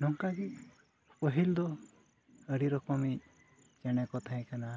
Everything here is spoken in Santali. ᱱᱚᱝᱠᱟ ᱜᱮ ᱯᱟᱹᱦᱤᱞ ᱫᱚ ᱟᱹᱰᱤ ᱨᱚᱠᱚᱢᱤᱡ ᱪᱮᱬᱮ ᱠᱚ ᱛᱟᱦᱮᱸ ᱠᱟᱱᱟ